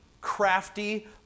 crafty